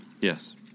Yes